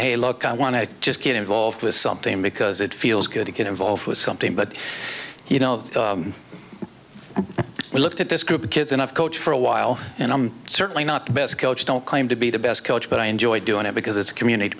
hey look i want to just get involved with something because it feels good to get involved with something but you know looked at this group of kids enough coach for a while and i'm certainly not the best coach don't claim to be the best coach but i enjoy doing it because it's a community